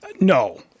No